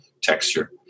texture